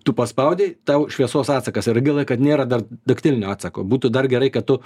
tu paspaudei tau šviesos atsakas yra gaila kad nėra dar taktilinio atsako būtų dar gerai kad tu